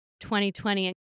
2020